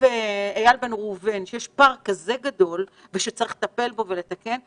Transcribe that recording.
איל בן ראובן אומר שיש פער כזה גדול ויש הרבה לטפל ולתקן,